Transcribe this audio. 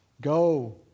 Go